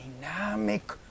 dynamic